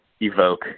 evoke